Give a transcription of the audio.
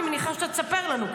אני מניחה שאתה תספר לנו,